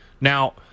Now